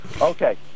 Okay